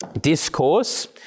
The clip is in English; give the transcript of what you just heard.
discourse